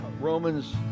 Romans